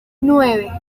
nueve